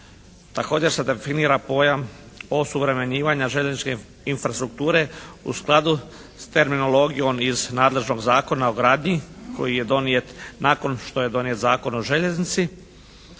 Također se definira pojam osuvremenjivanja željezničke infrastrukture u skladu s terminologijom iz nadležnog Zakona o gradnji koji je donijet nakon što je donijet Zakon o željeznici